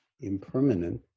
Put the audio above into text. impermanent